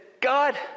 God